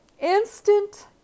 instant